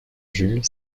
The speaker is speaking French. jules